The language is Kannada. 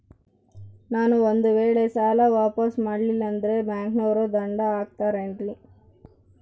ನಾನು ಒಂದು ವೇಳೆ ಸಾಲ ವಾಪಾಸ್ಸು ಮಾಡಲಿಲ್ಲಂದ್ರೆ ಬ್ಯಾಂಕನೋರು ದಂಡ ಹಾಕತ್ತಾರೇನ್ರಿ?